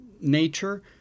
nature